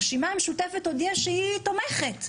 הרשימה המשותפת הודיעה שהיא תומכת.